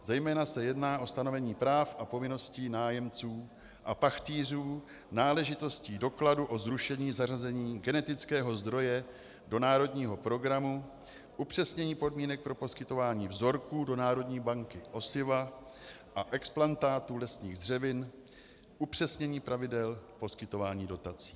Zejména se jedná o stanovení práv a povinností nájemců a pachtýřů, náležitostí dokladů o zrušení zařazení genetického zdroje do národního programu, upřesnění podmínek pro poskytování vzorků do Národní banky osiva a explantátů lesních dřevin, upřesnění pravidel poskytování dotací.